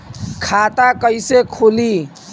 खाता कईसे खुली?